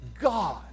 God